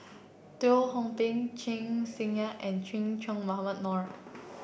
Teo Ho Pin Chen and Che Dah Mohamed Noor